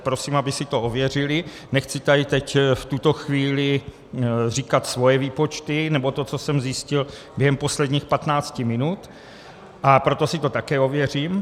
Prosím, aby si to ověřili, nechci tady teď v tuto chvíli říkat svoje výpočty nebo to, co jsem zjistil během posledních 15 minut, a proto si to také ověřím.